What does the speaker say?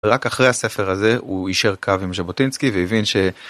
רק אחרי הספר הזה הוא יישר קו עם ז'בוטינסקי והבין ש...